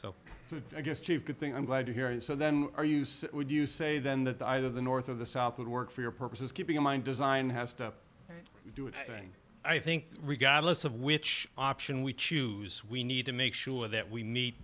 so i guess two good thing i'm glad to hear and so then our use would you say then that either the north of the south would work for your purposes keeping in mind design has to do its thing i think regardless of which option we choose we need to make sure that we meet